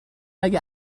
اگه